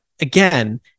again